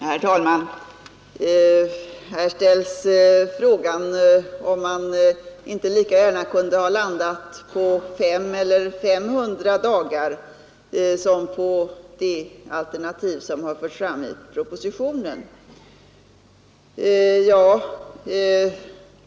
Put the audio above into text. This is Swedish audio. Herr talman! Här ställs frågan, om man inte lika gärna kunde ha föreslagit fem eller 500 dagar som de alternativ som har förts fram i propositionen.